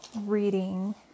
reading